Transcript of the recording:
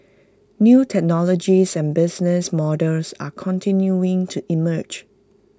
new technologies and business models are continuing to emerge